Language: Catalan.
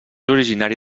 originari